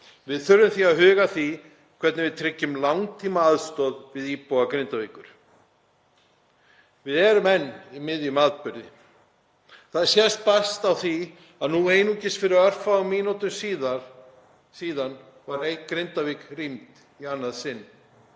Við þurfum því að huga að því hvernig við tryggjum langtímaaðstoð við íbúa Grindavíkur. Við erum enn í miðjum atburði. Það sést best á því að einungis fyrir örfáum mínútum síðan var Grindavík rýmd í annað sinn,